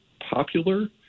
popular—